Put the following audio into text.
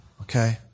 Okay